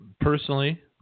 personally